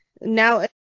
now